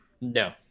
No